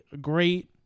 great